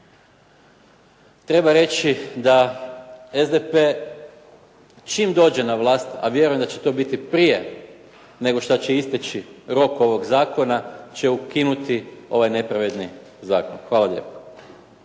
treba reći da SDP čim dođe na vlast, a vjerujem da će to biti prije nego što će isteći rok ovog zakona će ukinuti ovaj nepravedni zakon. Hvala lijepa.